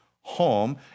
home